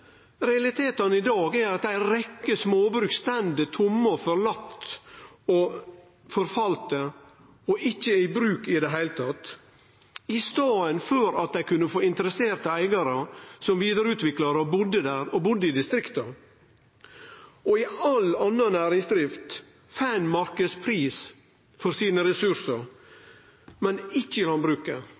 Realitetane i dag er at ei rekkje småbruk står tomme, forlatne og forfalne og ikkje er i bruk i det heile, i staden for at dei kunne få interesserte eigarar som vidareutvikla dei og budde der – og budde i distrikta. I all anna næringsdrift får ein marknadspris for ressursane sine, men ikkje i landbruket.